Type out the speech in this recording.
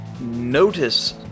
notice